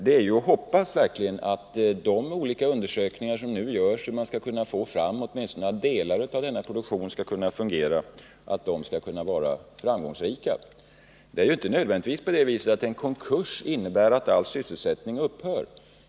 Vi får verkligen hoppas att de olika undersökningar som nu görs för att få fram förslag till hur åtminstone delar av denna produktion skall kunna fungera skall vara framgångsrika. En konkurs innebär ju inte nödvändigtvis att all sysselsättning upphör.